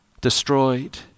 destroyed